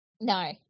No